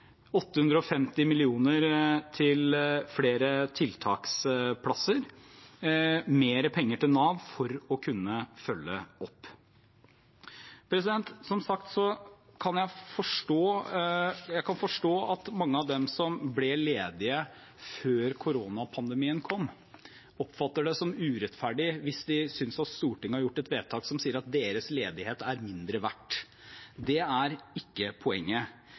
850 mill. kr til flere tiltaksplasser, mer penger til Nav for å kunne følge opp. Som sagt kan jeg forstå at mange av dem som ble ledige før koronapandemien kom, oppfatter det som urettferdig hvis de synes Stortinget har gjort et vedtak som sier at deres ledighet er mindre verdt. Det er ikke poenget.